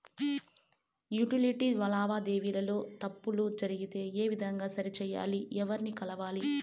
Utility లావాదేవీల లో తప్పులు జరిగితే ఏ విధంగా సరిచెయ్యాలి? ఎవర్ని కలవాలి?